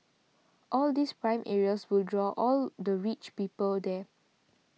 all these prime areas will draw all the rich people there